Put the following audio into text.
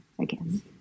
again